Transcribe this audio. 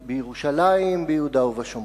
בירושלים, ביהודה ובשומרון.